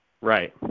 Right